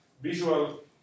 visual